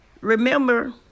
Remember